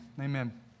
Amen